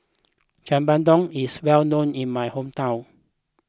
is well known in my hometown